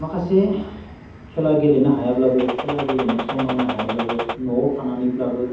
माखासे खेला गेलेनो हायाब्लाबो खेला गेलेनो सम होनो हायाब्लाबो न'आव थानानैब्लाबो